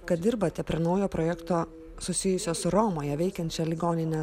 kad dirbate prie naujo projekto susijusio su romoje veikiančia ligonine